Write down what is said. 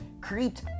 creeped